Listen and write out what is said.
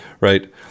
right